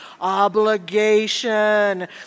obligation